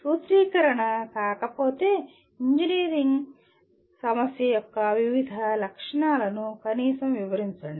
సూత్రీకరణ కాకపోతే నిర్దిష్ట ఇంజనీరింగ్ సమస్య యొక్క వివిధ లక్షణాలను కనీసం వివరించండి